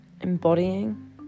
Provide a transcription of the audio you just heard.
Embodying